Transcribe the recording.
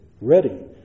ready